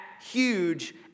huge